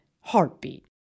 heartbeat